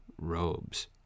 robes